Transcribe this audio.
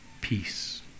peace